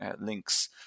links